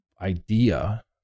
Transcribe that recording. idea